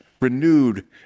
renewed